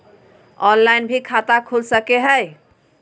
Online भी खाता खूल सके हय?